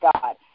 God